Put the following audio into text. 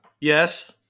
yes